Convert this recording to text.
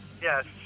Yes